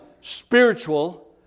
spiritual